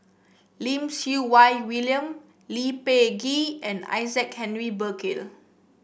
Lim Siew Wai William Lee Peh Gee and Isaac Henry Burkill